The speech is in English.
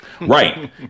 Right